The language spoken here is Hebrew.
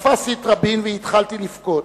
תפסתי את רבין והתחלתי לבכות,